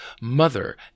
mother